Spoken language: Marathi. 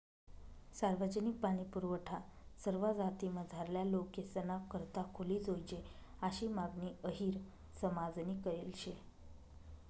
सार्वजनिक पाणीपुरवठा सरवा जातीमझारला लोकेसना करता खुली जोयजे आशी मागणी अहिर समाजनी करेल शे